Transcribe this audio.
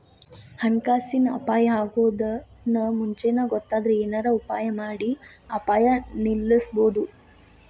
ಹಣಕಾಸಿನ್ ಅಪಾಯಾ ಅಗೊದನ್ನ ಮುಂಚೇನ ಗೊತ್ತಾದ್ರ ಏನರ ಉಪಾಯಮಾಡಿ ಅಪಾಯ ನಿಲ್ಲಸ್ಬೊದು